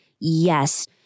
Yes